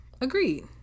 Agreed